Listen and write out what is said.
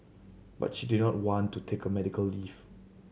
but she did not want to take medical leave